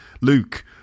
luke